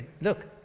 look